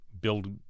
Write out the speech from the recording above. build